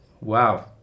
Wow